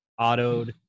autoed